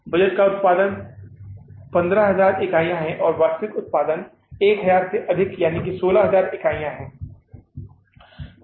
budget का उत्पादन 15000 इकाई है और वास्तविक उत्पादन 1000 से अधिक यानी 16000 इकाई है